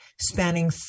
spanning